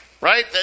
right